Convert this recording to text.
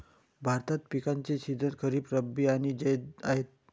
भारतात पिकांचे सीझन खरीप, रब्बी आणि जैद आहेत